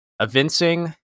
evincing